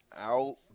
out